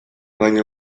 baina